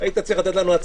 ההסתייגות לא התקבלה.